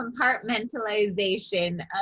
compartmentalization